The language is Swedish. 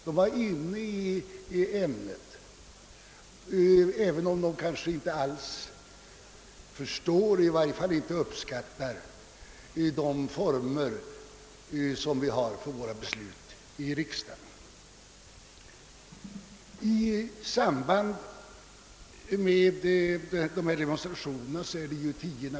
De var inne i ämnet, även om de kanske inte förstår och i varje fall inte uppskattar de former som vi har för våra överväganden och beslut i riksdagen.